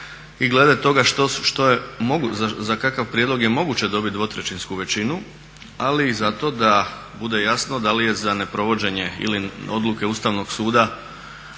i glede toga što je, za kakav prijedlog je moguće dobiti dvotrećinsku većinu ali i za to da bude jasno da li je za neprovođenje ili odluke Ustavnog suda